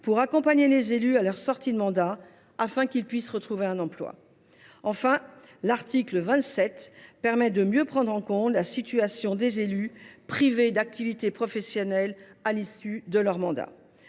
pour accompagner les élus à leur sortie de mandat afin qu’ils puissent retrouver un emploi. Enfin, l’article 27 permet de mieux prendre en compte la situation des élus privés d’activité professionnelle à l’issue de leur mandat.